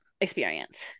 experience